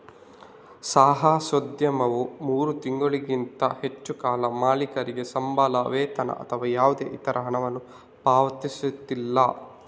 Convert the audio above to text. ಸಾಹಸೋದ್ಯಮವು ಮೂರು ತಿಂಗಳಿಗಿಂತ ಹೆಚ್ಚು ಕಾಲ ಮಾಲೀಕರಿಗೆ ಸಂಬಳ, ವೇತನ ಅಥವಾ ಯಾವುದೇ ಇತರ ಹಣವನ್ನು ಪಾವತಿಸಿಲ್ಲ